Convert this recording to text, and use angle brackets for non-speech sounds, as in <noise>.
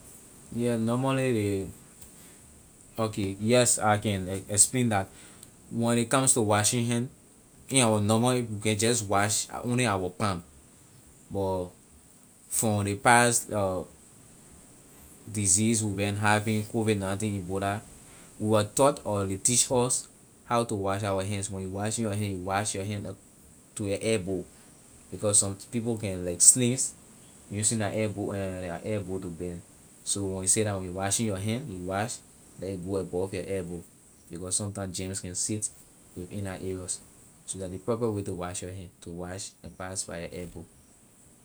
Yeah normally ley okay yes I can explain that when it come to washing hand in our normally we can just wash only our palm but form ley pass <hesitation> disease we been having covid nineteen ebola we was taught or ley teach us how to wash our hands when you washing your hand you wash your hand up to your elbow because some people can like sneeze using la elbow and la elbow can bend so when you say that you washing your hand you wash let a go above your elbow because sometime gems can sit within la area so la ley proper way to wash your hand to wash and pass by your elbow.